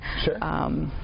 Sure